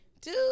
dude